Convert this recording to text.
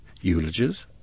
Eulogies